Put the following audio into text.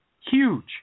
Huge